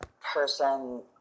person